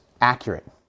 accurate